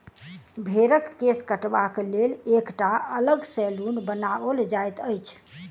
भेंड़क केश काटबाक लेल एकटा अलग सैलून बनाओल जाइत अछि